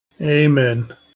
amen